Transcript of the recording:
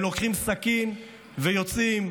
הם לוקחים סכין ויוצאים,